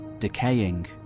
decaying